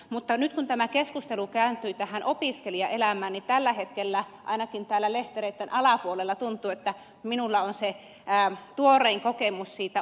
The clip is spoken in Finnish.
mutta nyt kun tämä keskustelu kääntyi opiskelijaelämään niin tällä hetkellä ainakin täällä lehtereiden alapuolella tuntuu että minulla on se tuorein kokemus siitä opiskelijana olosta